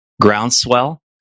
Groundswell